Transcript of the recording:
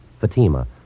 Fatima